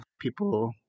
people